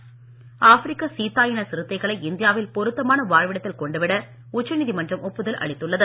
சிறுத்தை ஆப்பிரிக்க சீத்தா இன சிறுத்தைகளை இந்தியாவில் பொறுத்தமான வாழ்விடத்தில் கொண்டு விட உச்சநீதிமன்றம் ஒப்புதல் அளித்துள்ளது